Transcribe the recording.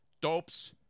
Dopes